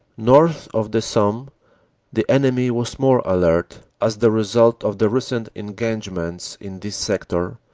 north of the somme the enemy was more alert, as the result of the recent engagements in this sector,